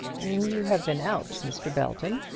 you have been out, mr. belton,